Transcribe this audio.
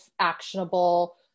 actionable